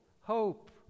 Hope